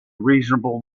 reasonable